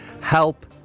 help